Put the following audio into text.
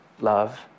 love